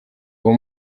uwo